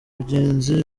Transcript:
bagenzi